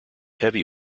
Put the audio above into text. heavy